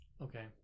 Okay